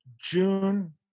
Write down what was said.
June